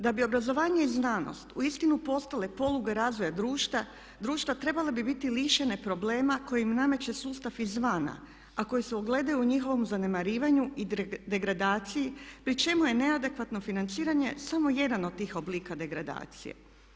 Da bi obrazovanje i znanost uistinu postale poluge razvoja društva trebale bi biti lišene problema koji im nameće sustav izvana a koji se ogledaju u njihovom zanemarivanju i degradaciji pri čemu je neadekvatno financiranje samo jedan od tih oblika degradacije.